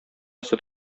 сөт